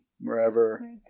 wherever